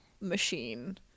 machine